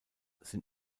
sind